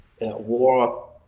war